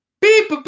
beep